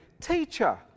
teacher